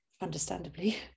understandably